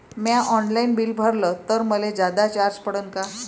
म्या online bill भरलं तर मले जादा चार्ज पडन का?